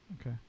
Okay